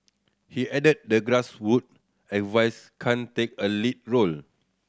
he added the grassroot advise can take a lead role